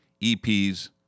EPs